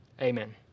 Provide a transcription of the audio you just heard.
Amen